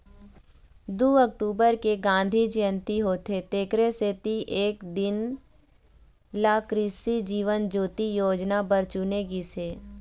दू अक्टूबर के दिन गांधी जयंती होथे तेखरे सेती ए दिन ल कृसि जीवन ज्योति योजना बर चुने गिस हे